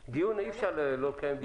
דיון, אי-אפשר לא לקיים דיון.